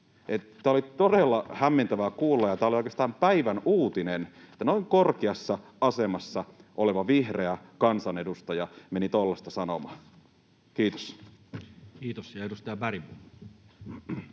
Tämä oli todella hämmentävää kuulla, ja tämä oli oikeastaan päivän uutinen, että noin korkeassa asemassa oleva vihreä kansanedustaja meni tuollaista sanomaan. — Kiitos. Kiitos.